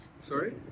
Sorry